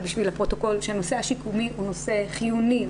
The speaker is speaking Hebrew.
בשביל הפרוטוקול הנושא השיקומי הוא נושא חיוני,